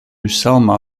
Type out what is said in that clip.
salma